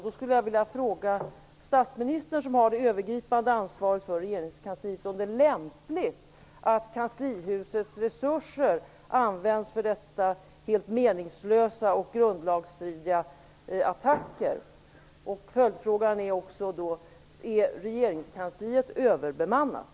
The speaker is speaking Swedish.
Jag skulle därför vilja fråga statsministern, som har det övergripande ansvaret för regeringskansliet, om det är lämpligt att kanslihusets resurser används för dessa helt meningslösa och grundlagsstridiga attacker. En följdfråga blir: Är regeringskansliet överbemannat?